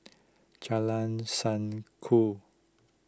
Jalan Sanku